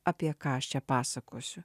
apie ką aš čia pasakosiu